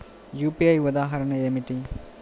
UPI ఉదాహరణ ఏమిటి?